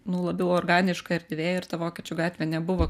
nu labiau organiška erdvė ir ta vokiečių gatvė nebuvo